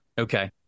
okay